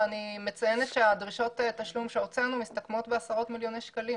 ואני מציינת שדרישות התשלום שהוצאנו מסתכמות בעשרות מיליוני שקלים